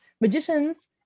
Magicians